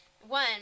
one